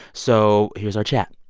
so here's our chat